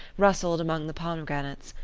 rustled among the pomegranates,